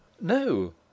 No